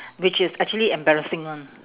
which is actually embarrassing [one]